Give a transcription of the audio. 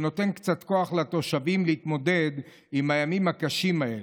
שנותן קצת כוח לתושבים להתמודד עם הימים הקשים האלה.